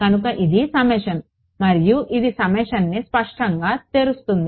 కనుక ఇది సమ్మేషన్ మరియు ఇది సమ్మేషన్ని స్పష్టంగా తెరుస్తుంది